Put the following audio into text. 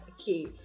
okay